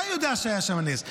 אבל גם אתה יודע שהיה שם נס.